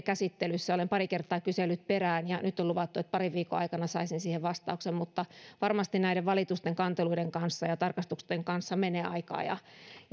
käsittelyssä olen pari kertaa kysellyt perään ja nyt on luvattu että parin viikon aikana saisin siihen vastauksen varmasti näiden valitusten kanteluiden ja tarkastusten kanssa menee aikaa ja